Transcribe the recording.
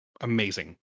amazing